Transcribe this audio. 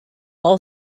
all